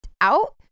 out